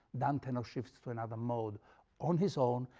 dante now shifts to another mode on his own,